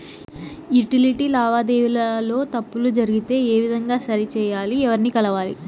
Utility లావాదేవీల లో తప్పులు జరిగితే ఏ విధంగా సరిచెయ్యాలి? ఎవర్ని కలవాలి?